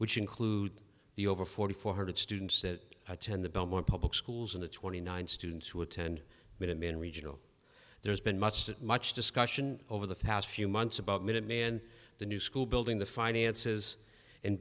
which include the over forty four hundred students that attend the belmont public schools in the twenty nine students who attend minutemen regional there's been much that much discussion over the past few months about minuteman the new school building the finances